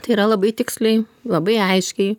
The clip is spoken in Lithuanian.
tai yra labai tiksliai labai aiškiai